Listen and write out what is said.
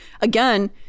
again